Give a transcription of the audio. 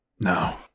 No